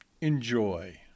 Enjoy